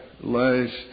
last